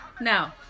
No